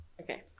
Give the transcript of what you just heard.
Okay